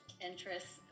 interests